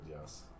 yes